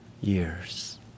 years